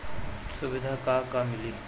सुविधा का का मिली?